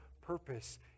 purpose